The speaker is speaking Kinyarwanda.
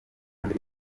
mbere